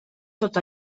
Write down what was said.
tot